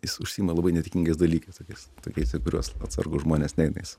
is užsiima labai nedėkingas dalykais tokiais is į kuriuos atsargūs žmonės neina is